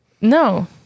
No